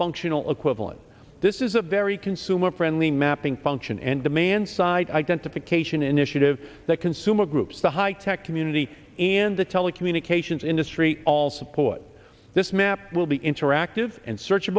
functional equivalent this is a very consumer friendly mapping function and demand side identification initiative that consumer groups the high tech community and the telecommunications industry all support this map will be interactive and search